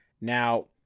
now